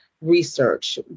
research